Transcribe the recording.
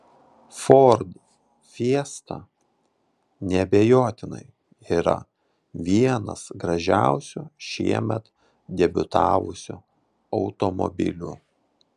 ford fiesta neabejotinai yra vienas gražiausių šiemet debiutavusių automobilių